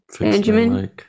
Benjamin